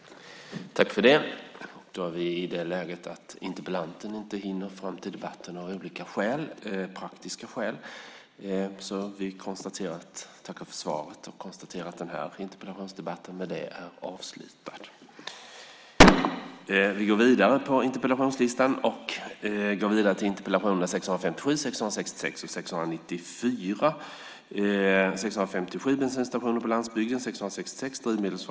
Då Ulla Andersson, som framställt interpellationen, anmält att hon var förhindrad att närvara vid sammanträdet förklarade förste vice talmannen överläggningen avslutad.